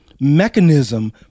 mechanism